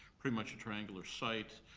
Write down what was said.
pretty much a triangular site.